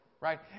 right